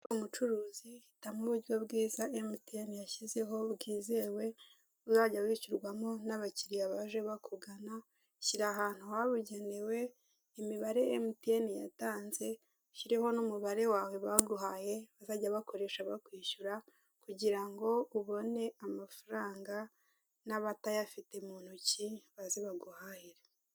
Umucuruzi hitamo uburyo bwiza Emutiyeni yashyizeho bwizewe, urajya wishyurwa mo n'abakiriya baje bakugana, shyira ahantu habugenewe imibare Emutiyene yatanze, ushyireho n'umubare wawe baguhaye bazajya bakoresha bakwishyura, kugira ngo ubone amafaranga n'abatayafite mu ntoki baze baguhahire.